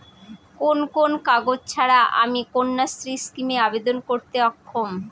কোন কোন কাগজ ছাড়া আমি কন্যাশ্রী স্কিমে আবেদন করতে অক্ষম?